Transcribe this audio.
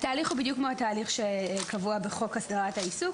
התהליך הוא בדיוק כמו התהליך שקבוע בחוק הסדרת העיסוק.